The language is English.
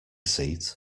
seat